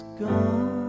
gone